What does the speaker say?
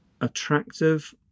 attractive